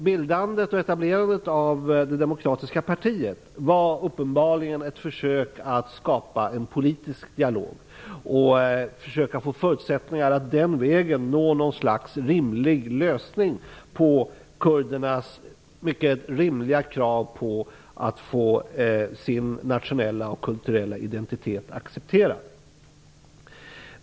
Bildandet och etablerandet av det demokratiska partiet var uppenbarligen ett försök att skapa en politisk dialog och ett försök att på något rimligt sätt kunna tillgodose kurdernas mycket rimliga krav på att få sin nationella och kulturella identitet accepterad.